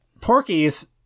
Porky's